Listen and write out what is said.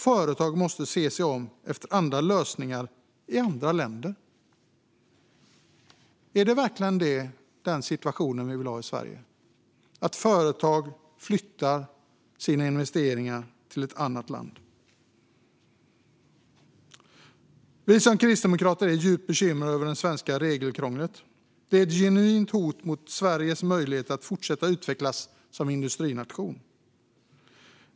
Företag måste se sig om efter andra lösningar i andra länder. Är det verkligen den situationen vi vill ha i Sverige, att företag flyttar sina investeringar till ett annat land? Vi kristdemokrater är djupt bekymrade över det svenska regelkrånglet. Det är ett genuint hot mot Sveriges möjlighet att fortsätta utvecklas som industrination.